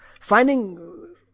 Finding